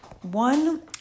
one